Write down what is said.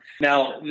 Now